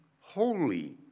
holy